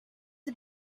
are